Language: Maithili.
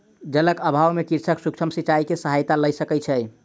जलक अभाव में कृषक सूक्ष्म सिचाई के सहायता लय सकै छै